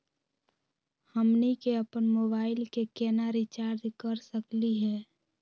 हमनी के अपन मोबाइल के केना रिचार्ज कर सकली हे?